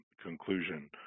conclusion